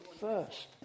first